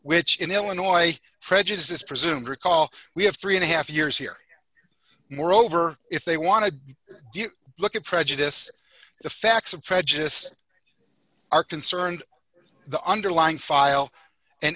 which in illinois prejudice is presumed recall we have three and a half years here moreover if they want to look at prejudice the facts of prejudice are concerned the underlying file and